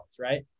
right